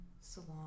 salon